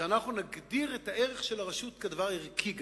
שאנחנו נגדיר את הערך של הרשות כדבר ערכי גדול,